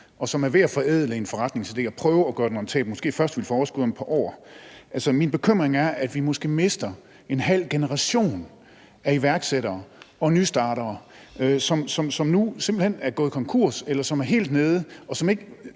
og som er ved at forædle en forretningsidé og prøve at gøre den rentabel, og som måske først vil få overskud om et par år? Min bekymring er, at vi måske mister en halv generation af iværksættere og nystartere, som nu simpelt hen er gået konkurs, eller som er helt nede, og som det